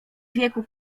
wieku